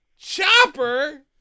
chopper